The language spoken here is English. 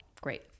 great